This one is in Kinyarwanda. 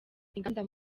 inganda